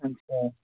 اَچّھا